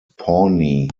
pawnee